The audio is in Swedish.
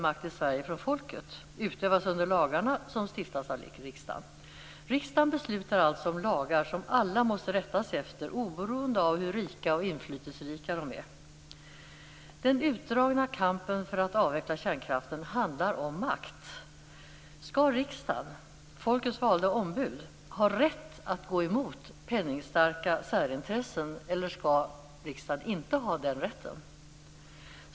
Denna utövas under lagarna, som stiftas av riksdagen. Riksdagen beslutar alltså om lagar som alla måste rätta sig efter, oberoende av hur rika och inflytelserika de är. Den utdragna kampen för att avveckla kärnkraften handlar om makt. Skall riksdagen, folkets valda ombud, ha rätt att gå emot penningstarka särintressen eller inte?